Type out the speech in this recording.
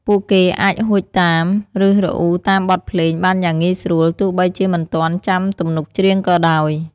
ពួកគេអាចហួចតាម ឬរអ៊ូតាមបទភ្លេងបានយ៉ាងងាយស្រួល ទោះបីជាមិនទាន់ចាំទំនុកច្រៀងក៏ដោយ។